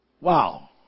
Wow